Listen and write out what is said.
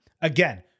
Again